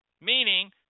meaning